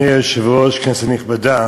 אדוני היושב-ראש, כנסת נכבדה,